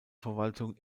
verwaltung